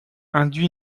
induit